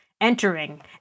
entering